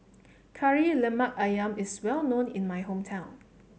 Kari Lemak ayam is well known in my hometown